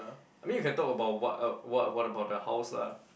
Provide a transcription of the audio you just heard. I mean you can talk about what uh what what about the house lah